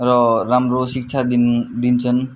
र राम्रो शिक्षा दिन दिन्छन्